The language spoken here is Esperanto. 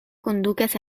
kondukas